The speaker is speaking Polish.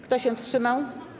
Kto się wstrzymał?